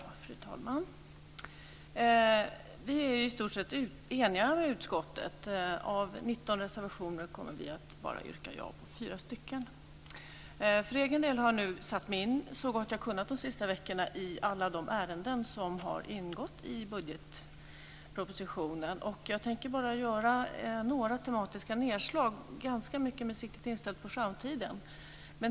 Fru talman! Vi är i stort sett eniga i utskottet. Av 19 reservationer kommer vi att yrka bifall bara till fyra. För egen del har jag nu så gott jag har kunnat de senaste veckorna satt mig in i alla de ärenden som har ingått i budgetpropositionen. Jag tänker bara göra några tematiska nedslag ganska mycket med siktet inställt på framtiden.